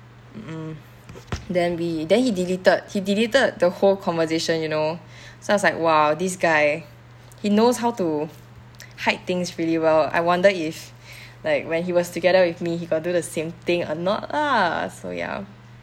mm then we then he deleted he deleted the whole conversation you know so I was like !wow! this guy he knows how to hide things really well I wonder if like when he was together with me he got do the same thing or not lah so ya